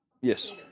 Yes